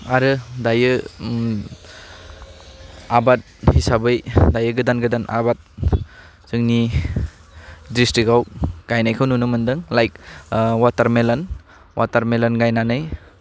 आरो दायो आबाद हिसाबै दायो गोदान गोदान आबाद जोंनि डिस्ट्रिकआव गायनायखौ नुनो मोनदों लाइक वाटार मिलन गायनानै